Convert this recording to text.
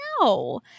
no